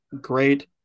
great